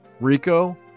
rico